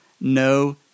no